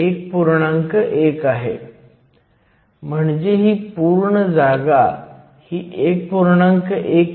n आणि p बाजूला जेणेकरून आपण मुळात EFn EFi हे kTln nni kTln pni आहे